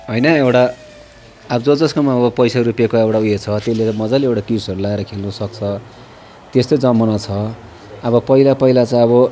होइन एउटा अब जजसकोमा अब एउटा पैसा रुपियाँको एउटा उयो छ त्यसले त मजाले एउटा किट्सहरू लगाएर खेल्नसक्छ त्यस्तै जमाना छ अब पहिला पहिला चाहिँ अब